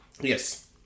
Yes